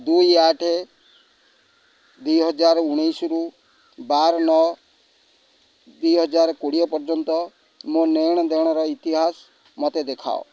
ଦୁଇ ଆଠ ଦୁଇହଜାର ଉଣେଇଶିରୁ ବାର ନଅ ଦୁଇହଜାର କୋଡ଼ିଏ ପର୍ଯ୍ୟନ୍ତ ମୋ ନେଣ ଦେଣର ଇତିହାସ ମୋତେ ଦେଖାଅ